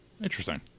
interesting